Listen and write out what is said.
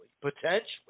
potentially